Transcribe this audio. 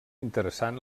interessant